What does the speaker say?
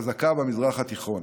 חזקה במזרח התיכון,